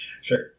Sure